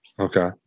Okay